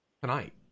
tonight